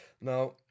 now